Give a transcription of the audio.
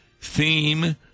theme